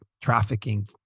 trafficking